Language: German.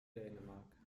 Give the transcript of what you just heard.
dänemark